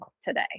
today